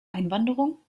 einwanderung